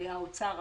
האוצר,